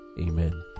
Amen